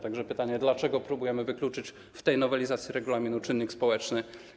Tak że pytanie jest takie: Dlaczego próbujemy wykluczyć w tej nowelizacji regulaminu czynnik społeczny?